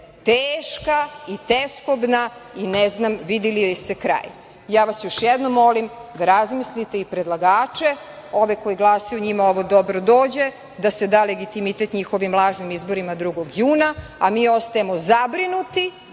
teška i teskobna i ne znam vidi li joj se kraj. Ja vas još jednom molim da razmislite, i predlagače, ove koji glasaju, njima ovo dobro dođe da se da legitimitet njihovim lažnim izborima 2. juna, a mi ostajemo zabrinuti